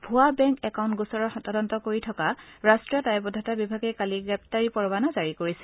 ভূৱা bank account গোচৰৰ তদন্ত কৰি থকা ৰাষ্টীয় দায়বদ্ধতা বিভাগে কালি গ্ৰেপ্তাৰি পৰৱানা জাৰি কৰিছিল